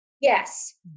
yes